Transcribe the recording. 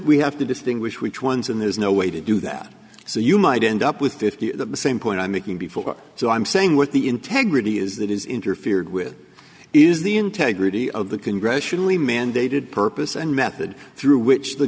we have to distinguish which ones and there's no way to do that so you might end up with the same point i'm making before so i'm saying what the integrity is that is interfered with is the integrity of the congressionally mandated purpose and method through which the